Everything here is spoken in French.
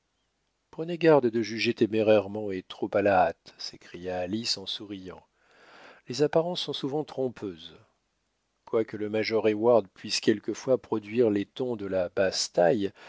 prenez garde de juger témérairement et trop à la hâte s'écria alice en souriant les apparences sont souvent trompeuses quoique le major heyward puisse quelquefois produire les tons de la basse-taille